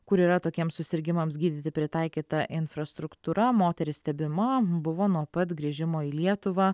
kur yra tokiems susirgimams gydyti pritaikyta infrastruktūra moteris stebima buvo nuo pat grįžimo į lietuvą